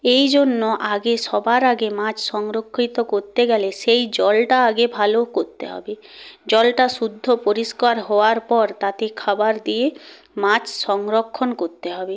এই জন্য আগে সবার আগে মাছ সংরক্ষিত করতে গেলে সেই জলটা আগে ভালো করতে হবে জলটা শুদ্ধ পরিষ্কার হওয়ার পর তাতে খাবার দিয়ে মাছ সংরক্ষণ করতে হবে